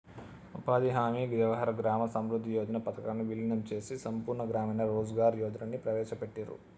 ఉపాధి హామీ, జవహర్ గ్రామ సమృద్ధి యోజన పథకాలను వీలీనం చేసి సంపూర్ణ గ్రామీణ రోజ్గార్ యోజనని ప్రవేశపెట్టిర్రు